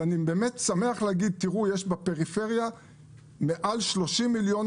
אני שמח להגיד שהושקעו יותר מ-30 מיליון